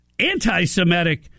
Anti-Semitic